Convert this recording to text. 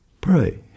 Pray